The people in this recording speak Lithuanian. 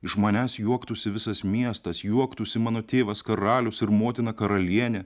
iš manęs juoktųsi visas miestas juoktųsi mano tėvas karalius ir motiną karalienė